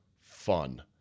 fun